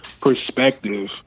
perspective